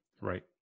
Right